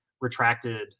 retracted